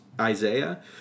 Isaiah